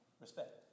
Respect